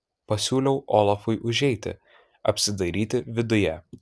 pasiūliau olafui užeiti apsidairyti viduje